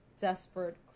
desperate